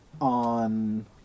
on